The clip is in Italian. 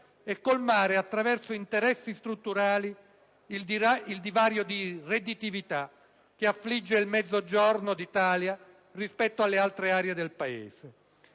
e colmare, attraverso interventi strutturali, il divario di redditività che affligge il Mezzogiorno d'Italia rispetto alle altre aree del Paese.